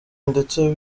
ndetse